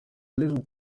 little